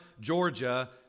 Georgia